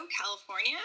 California